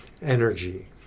energy